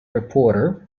reporter